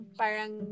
parang